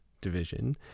division